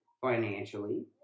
financially